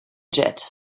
jet